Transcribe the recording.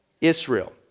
Israel